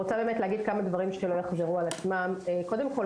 קודם כל,